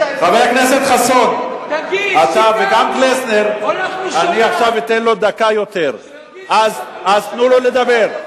הכנסת חסון, אתה מאריך לו את זמן הדיבור שלו.